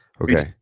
okay